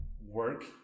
work